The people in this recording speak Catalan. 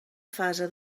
fase